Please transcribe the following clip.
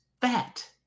fat